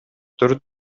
төрт